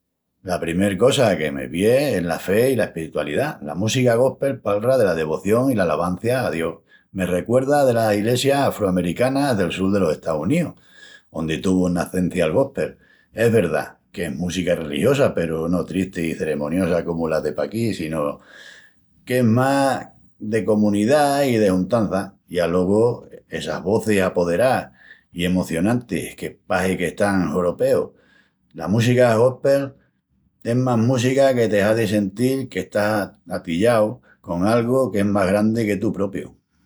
La primel cosa que me vien es la fe i la espiritualidá. La música góspel palra dela devoción i l'alabancia a Dios. Me recuerda delas ilesias afru-americanas del sul delos Estaus Unius, ondi tuvu nacencia'l góspel. Es verdá qu'es música religiosa peru no tristi i ceremoniosa comu la de paquí sino que es más de comunidá i de juntança, i alogu essas vozis apoderás i emocionantis que pahi que están... horopeu. La música góspel es una música que te hazi sentil que estás atillau con algu que es más grandi que tú propiu.